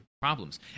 problems